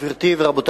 שלוש דקות.